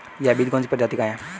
यह बीज कौन सी प्रजाति का है?